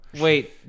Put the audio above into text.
Wait